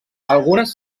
algunes